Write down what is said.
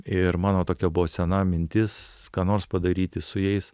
ir mano tokia buvo sena mintis ką nors padaryti su jais